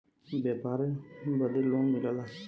व्यापारों बदे लोन मिलला